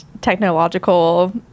technological